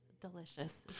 delicious